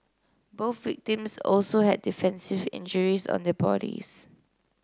both victims also had defensive injuries on their bodies